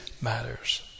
matters